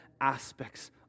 aspects